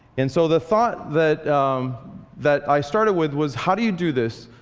and so the thought that that i started with was how do you do this,